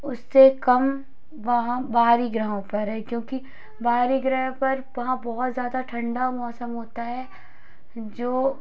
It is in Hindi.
उससे कम वहाँ बाहरी ग्रहों पर है क्योंकि बाहरी ग्रह पर वहाँ बहुत ज़्यादा ठंडा मौसम होता है जो